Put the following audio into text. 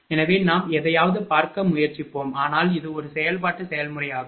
எனவே நாம் எதையாவது பார்க்க முயற்சிப்போம் ஆனால் இது ஒரு செயல்பாட்டு செயல்முறையாகும்